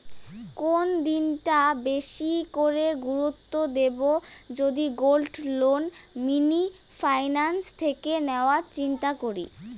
কোন দিকটা বেশি করে গুরুত্ব দেব যদি গোল্ড লোন মিনি ফাইন্যান্স থেকে নেওয়ার চিন্তা করি?